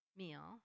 meal